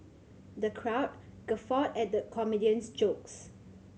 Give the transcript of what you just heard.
the crowd guffawed at the comedian's jokes